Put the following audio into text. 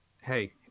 hey